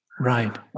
Right